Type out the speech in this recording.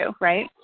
right